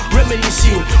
Reminiscing